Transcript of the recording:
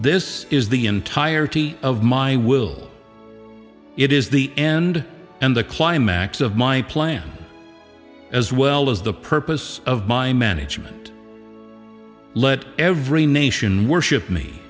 this is the entirety of my will it is the end and the climax of my plan as well as the purpose of my management let every nation worship me